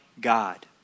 God